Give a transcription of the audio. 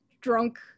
drunk